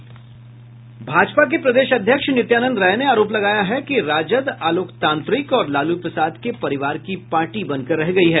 भाजपा के प्रदेश अध्यक्ष नित्यानंद राय ने आरोप लगाया है कि राजद अलोकतांत्रिक और लालू प्रसाद के परिवार की पार्टी बनकर रह गयी है